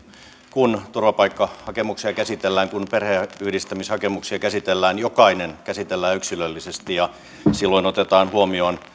kun turvapaikkahakemuksia käsitellään kun perheenyhdistämishakemuksia käsitellään jokainen käsitellään yksilöllisesti ja silloin otetaan huomioon